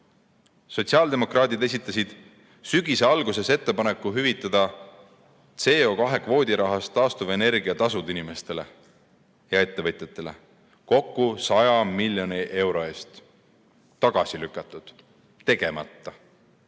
haiget. Sotsiaaldemokraadid esitasid sügise alguses ettepaneku hüvitada CO2kvoodi rahast taastuvenergia tasud inimestele ja ettevõtjatele kokku 100 miljoni euro eest. Tagasi lükatud, tegemata.